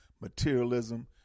materialism